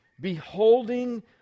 beholding